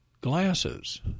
glasses